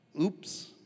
Oops